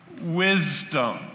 wisdom